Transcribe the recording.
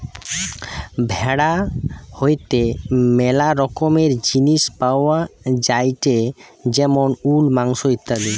ভেড়া হইতে ম্যালা রকমের জিনিস পাওয়া যায়টে যেমন উল, মাংস ইত্যাদি